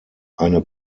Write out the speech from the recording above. eine